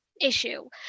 issue